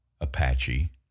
Apache